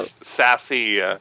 sassy